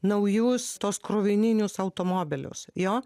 naujus tuos krovininius automobilius jo